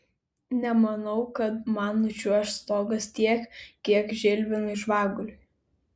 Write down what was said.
nemanau kad man nučiuoš stogas tiek kiek žilvinui žvaguliui